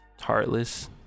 Heartless